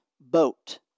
boat